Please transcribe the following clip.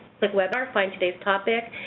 click webinar, find today's topic,